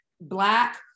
Black